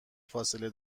فاصله